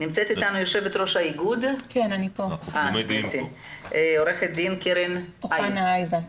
נמצאת אתנו יושבת-ראש האיגוד, עו"ד קרן איוס.